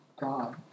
God